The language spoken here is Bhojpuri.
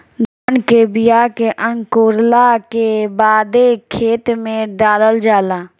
धान के बिया के अंकुरला के बादे खेत में डालल जाला